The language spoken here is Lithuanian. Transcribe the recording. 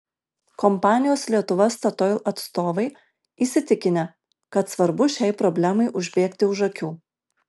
kompanijos lietuva statoil atstovai įsitikinę kad svarbu šiai problemai užbėgti už akių